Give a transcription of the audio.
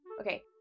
Okay